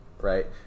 Right